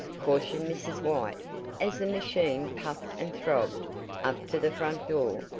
cautioned mrs. white as the machine puffed and throbbed up to the front door.